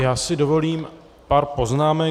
Já si dovolím pár poznámek.